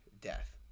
death